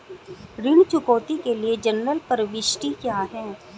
ऋण चुकौती के लिए जनरल प्रविष्टि क्या है?